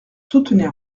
soutenir